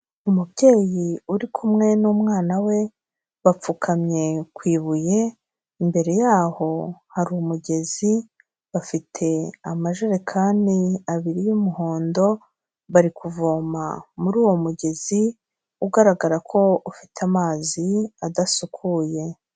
Umubyeyi uri kumwe n'umwana we, bapfukamye ku ibuye, imbere yaho hari umugezi, bafite amajerekani abiri y'umuhondo, bari kuvoma muri uwo mugezi, ugaragara ko ufite amazi, adasukuye.